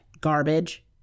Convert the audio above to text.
garbage